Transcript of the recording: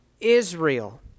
Israel